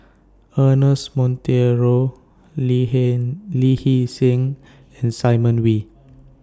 Ernest Monteiro Lee Heen Hee Seng and Simon Wee